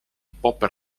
pop